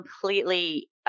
completely